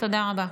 תודה רבה.